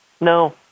No